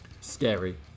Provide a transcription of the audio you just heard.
Scary